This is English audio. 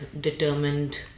determined